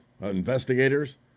investigators